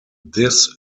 this